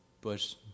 Bush